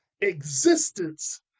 Existence